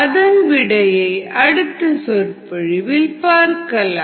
அதன் விடையை அடுத்த சொற்பொழிவில் பார்க்கலாம்